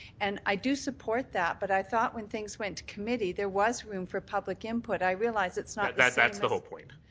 and i do support that, but i thought when things went to committee, there was room for public input. i realize it's not that's that's the whole point.